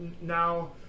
now –